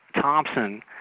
Thompson